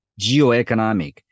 geoeconomic